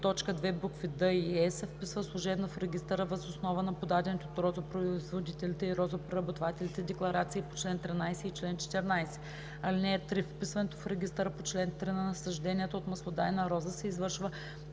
въз основа на подадените от розопроизводителите и розопреработвателите декларации по чл. 13 и чл. 14. (3) Вписването в регистъра по чл. 3 на насажденията от маслодайна роза се извършва служебно